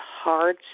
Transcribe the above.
hard